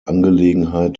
angelegenheit